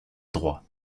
droit